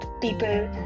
people